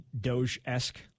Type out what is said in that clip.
Doge-esque